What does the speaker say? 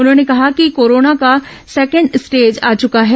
उन्होंने कहा कि कोरोना का सेकेंड स्टेज आ चुका है